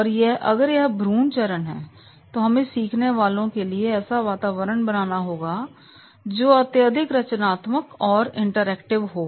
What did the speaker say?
और अगर यह भ्रूण चरण है तो हमें सीखने वालों के लिए ऐसा वातावरण बनाना पड़ेगा जो अत्यधिक रचनात्मक और इंटरएक्टिव हो